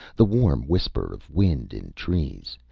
the warm whisper of wind in trees.